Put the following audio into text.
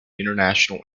international